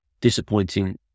disappointing